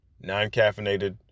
non-caffeinated